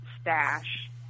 stash